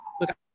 look